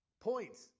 Points